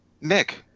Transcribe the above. Nick